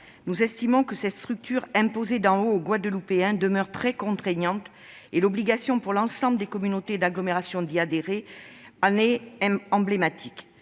nous estimons que cette structure imposée d'en haut aux Guadeloupéens demeure très contraignante et l'obligation pour l'ensemble des communautés d'agglomération d'y adhérer en est emblématique.